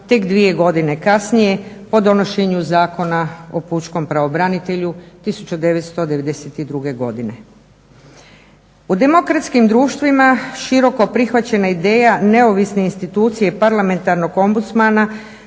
tek 2 godine kasnije, po donošenju Zakona o pučkom pravobranitelju 1992. godine. U demokratskim društvima široko prihvaćena ideja neovisne institucije parlamentarnog ombudsmana